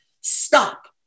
stop